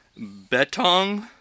betong